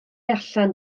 allan